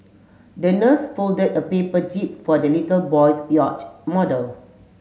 the nurse folded a paper jib for the little boy's yacht model